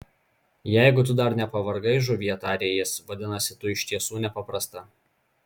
jeigu tu dar nepavargai žuvie tarė jis vadinasi tu iš tiesų nepaprasta